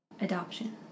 adoption